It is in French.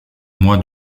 mois